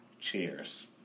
Cheers